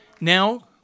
Now